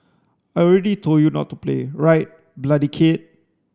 I already told you not to play right bloody kid